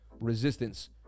resistance